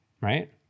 right